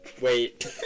Wait